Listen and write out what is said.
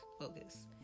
focus